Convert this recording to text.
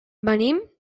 venim